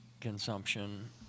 consumption